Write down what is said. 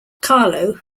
carlo